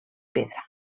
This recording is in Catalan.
pedra